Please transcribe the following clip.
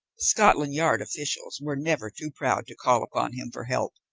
scotland yard officials were never too proud to call upon him for help,